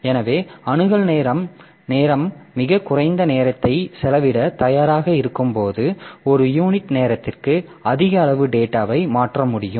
எனவே அணுகல் நேரமாக மிகக் குறைந்த நேரத்தை செலவிட தயாராக இருக்கும்போது ஒரு யூனிட் நேரத்திற்கு அதிக அளவு டேட்டாவை மாற்ற முடியும்